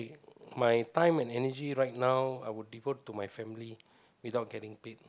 my time and energy right now I would devote to my family without getting paid